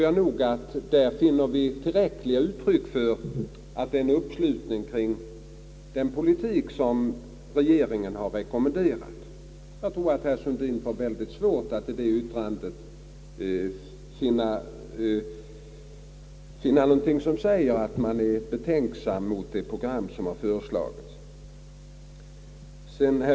I dess yttrande finner vi tillräckligt uttryck för en uppslutning kring den princip som regeringen har rekommenderat. Jag tror att herr Sundin får svårt att i detta yttrande finna någonting som anger att man är betänksam mot det program som har föreslagits.